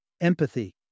Empathy